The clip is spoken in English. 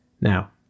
Now